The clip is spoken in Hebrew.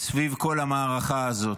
סביב כל המערכה הזאת.